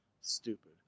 stupid